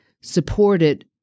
supported